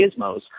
gizmos